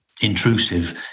intrusive